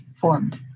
formed